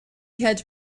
had